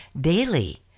daily